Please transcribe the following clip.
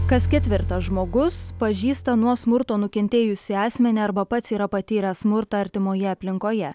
kas ketvirtas žmogus pažįsta nuo smurto nukentėjusį asmenį arba pats yra patyręs smurtą artimoje aplinkoje